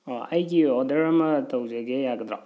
ꯑꯣ ꯑꯩꯒꯤ ꯑꯣꯔꯗꯔ ꯑꯃ ꯇꯧꯖꯒꯦ ꯌꯥꯒꯗ꯭ꯔꯣ